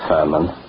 Herman